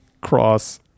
cross